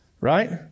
Right